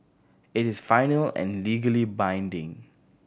it is final and legally binding